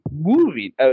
movie